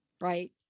right